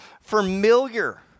familiar